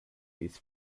his